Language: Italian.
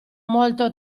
molto